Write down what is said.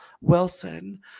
Wilson